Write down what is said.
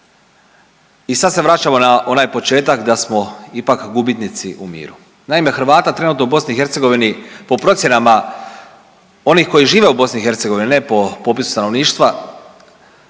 I sad se vraćamo na onaj početak da smo ipak gubitnici u miru. Naime, Hrvata trenutno u BiH po procjenama onih koji žive u BiH ne po popisu stanovništva,